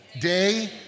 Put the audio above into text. Day